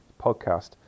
podcast